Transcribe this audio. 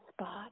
spot